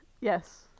Yes